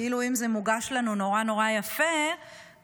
כאילו אם זה מוגש לנו נורא נורא יפה ומנוילן,